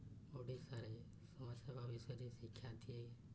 ଓଡ଼ିଶାରେ ସମସ୍ତଙ୍କ ବିଷୟରେ ଶିକ୍ଷା ଦିଏ